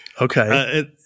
okay